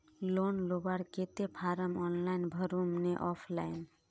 Loan लुबार केते form online भरुम ने ऑफलाइन?